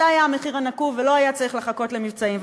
זה היה המחיר הנקוב ולא היה צריך לחכות למבצעים.